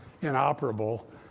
inoperable